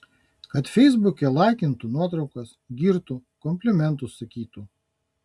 kad feisbuke laikintų nuotraukas girtų komplimentus sakytų